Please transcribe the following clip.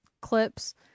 clips